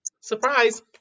Surprise